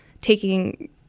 taking